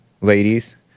Ladies